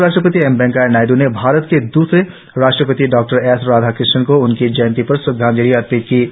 उपराष्ट्रपति एम वेंकैया नायडू ने भारत के दूसरे राष्ट्रपति डॉक्टर एस राधाकृष्णन को उनकी जयंती पर श्रद्वांजलि अर्पित की है